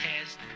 test